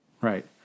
Right